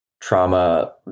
trauma